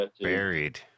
buried